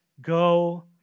Go